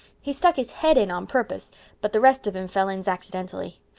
he stuck his head in on purpose but the rest of him fell in zacksidentally.